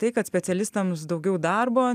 tai kad specialistams daugiau darbo